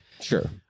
Sure